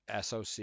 SoC